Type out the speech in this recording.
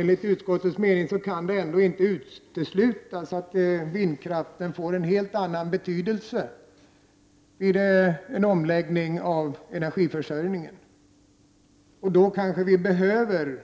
Enligt utskottets mening kan det ändå inte uteslutas att vindkraften får en helt annan betydelse vid en omläggning av energiförsörjningen. Då kanske vi behöver